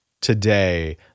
today